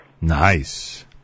Nice